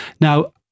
Now